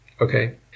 Okay